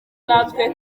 natwe